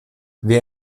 wer